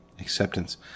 acceptance